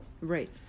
Right